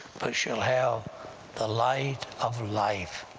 but shall have the light of life.